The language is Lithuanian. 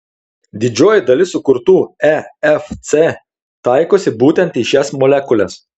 didžioji dalis sukurtų efc taikosi būtent į šias molekules